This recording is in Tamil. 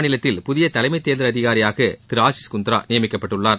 மாநிலத்தில் புதிய தலைமை தேர்தல் அதிகாரியாக திரு ஆஷிஸ் குந்த்ரா மிசோரம் நியமிக்கப்பட்டுள்ளார்